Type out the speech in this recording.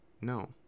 no